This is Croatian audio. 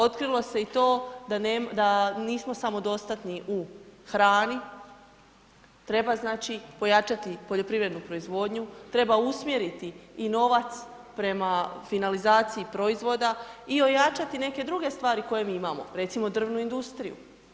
Otkrilo se i to da nismo samodostatni u hrani, treba znači pojačati poljoprivrednu proizvodnju, treba usmjeriti i novac prema finalizaciji proizvoda i ojačati neke druge stvari koje mi imamo, recimo drvnu industriju.